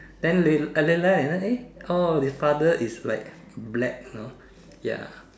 then real I realize you know eh oh his father is like black you know ya